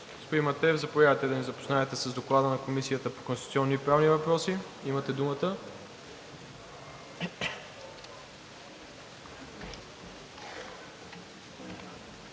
Господин Матеев, заповядайте да ни запознаете с Доклада на Комисията по конституционни и правни въпроси. Имате думата.